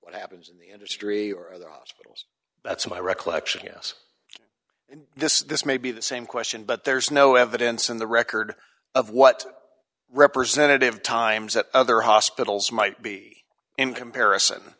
what happens in the industry or the hospitals that's my recollection yes this may be the same question but there's no evidence in the record of what representative times at other hospitals might be in comparison